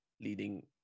leading